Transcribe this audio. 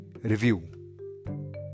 Review